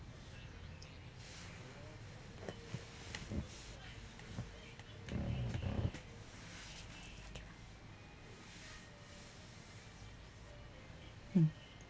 mm